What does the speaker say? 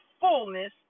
fullness